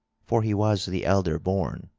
for he was the elder-born